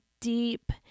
deep